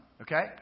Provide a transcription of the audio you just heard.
Okay